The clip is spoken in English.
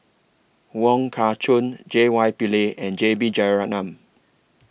Wong Kah Chun J Y Pillay and J B Jeyaretnam